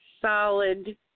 solid